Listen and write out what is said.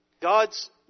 God's